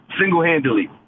single-handedly